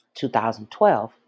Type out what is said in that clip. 2012